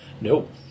Nope